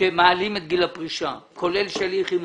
שמעלים את גיל הפרישה, כולל שלי יחימוביץ.